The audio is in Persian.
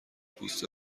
پوست